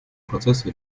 процессы